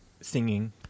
singing